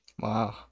Wow